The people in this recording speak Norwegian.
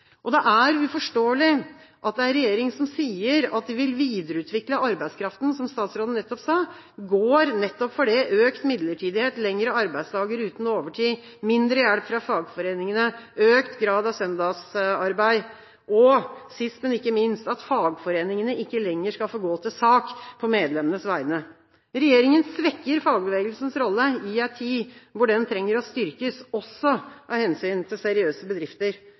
Det er uforståelig at en regjering som sier at den vil videreutvikle arbeidskraften, som statsråden nettopp sa, går for nettopp økt midlertidighet, lengre arbeidsdager uten overtid, mindre hjelp fra fagforeningene, økt grad av søndagsarbeid og – sist, men ikke minst – at fagforeningene ikke lenger skal få gå til sak på medlemmenes vegne. Regjeringa svekker fagbevegelsens rolle i en tid hvor den trenger å styrkes, også av hensyn til seriøse bedrifter.